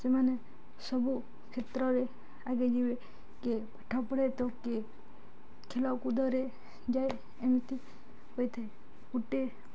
ସେମାନେ ସବୁ କ୍ଷେତ୍ରରେ ଆଗେଇ ଯିବେ କିଏ ପାଠ ପଢ଼େ ତ କିଏ ଖେଳକୁଦରେ ଯାଏ ଏମିତି ହୋଇଥାଏ ଗୋଟେ